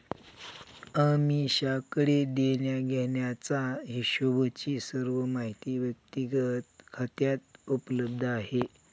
अमीषाकडे देण्याघेण्याचा हिशोबची सर्व माहिती व्यक्तिगत खात्यात उपलब्ध आहे